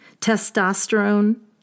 testosterone